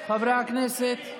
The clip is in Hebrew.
חברי הכנסת --- שמית.